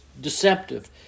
deceptive